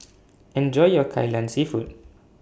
Enjoy your Kai Lan Seafood